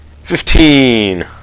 fifteen